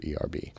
ERB